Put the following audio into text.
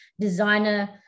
designer